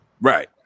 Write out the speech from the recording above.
Right